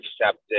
accepted